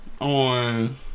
On